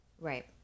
Right